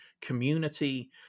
community